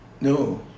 No